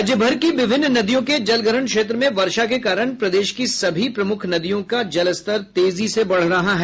राज्यभर की विभिन्न नदियों के जलग्रहण क्षेत्र में वर्षा के कारण प्रदेश की सभी प्रमुख नदियों का जलस्तर तेजी से बढ़ रहा है